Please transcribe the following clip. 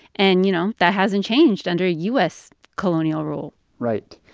and, you know, that hasn't changed under u s. colonial rule right.